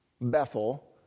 Bethel